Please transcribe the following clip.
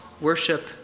worship